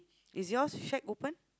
is yours shack open